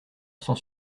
sans